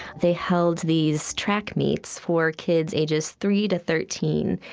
they held these track meets for kids ages three to thirteen.